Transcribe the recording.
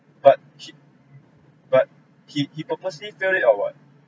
but he but he he purposely fail it or what